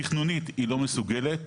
תכנונית היא לא מסוגלת,